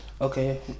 Okay